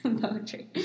poetry